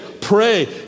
pray